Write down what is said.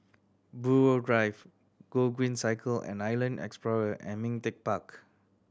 Buroh Drive Gogreen Cycle and Island Explorer and Ming Teck Park